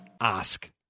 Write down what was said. Ask